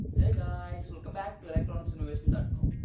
hey guys, welcome back to electronics innovation and